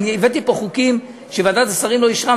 הבאתי לפה חוקים שוועדת השרים לא אישרה,